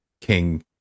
King